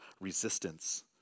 resistance